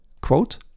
quote